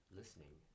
listening